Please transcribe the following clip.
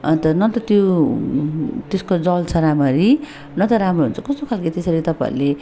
अन्त न त त्यो त्यसको जल्छ राम्ररी न त राम्रो हुन्छ कस्तो खालके त्यसरी तपाईँहरूले